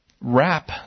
wrap